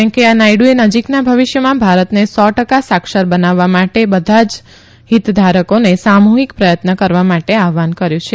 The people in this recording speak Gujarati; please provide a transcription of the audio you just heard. વેંકૈયા નાયડુએ નજીકના ભવિષ્યમાં ભારતને સો ટકા સાક્ષર બનાવવા માટે બધા હિત ધારકોને સામૂહિક પ્રયત્ન કરવા માટે આહ્વાન કર્યું છે